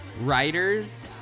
writers